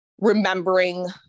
remembering